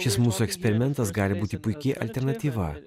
šis mūsų eksperimentas gali būti puiki alternatyva